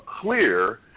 clear